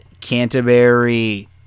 Canterbury